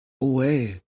Away